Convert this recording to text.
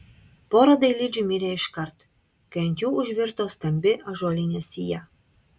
pora dailidžių mirė iškart kai ant jų užvirto stambi ąžuolinė sija